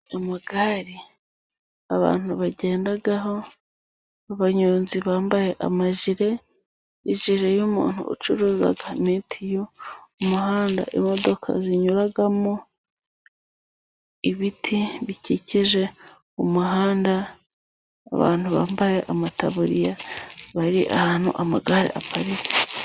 Amagare abantu bagendaho, abanyonzi bambaye amajire, ijire y'umuntu ucuruza mitiyu, umuhanda imodoka zinyuramo, ibiti bikikije umuhanda, abantu bambaye amataburiya bari ahantu amagare aparitse.